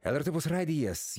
lrt opus radijas